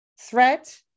threat